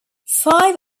five